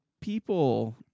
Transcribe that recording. people